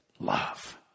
love